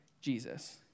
Jesus